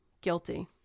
Guilty